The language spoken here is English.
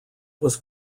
was